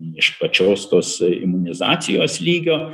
iš pačios tos imunizacijos lygio